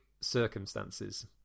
circumstances